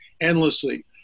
endlessly